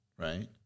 Right